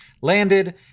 landed